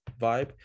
vibe